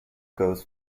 goes